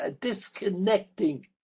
disconnecting